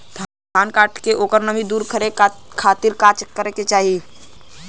धान कांटेके ओकर नमी दूर करे खाती का करे के चाही?